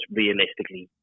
realistically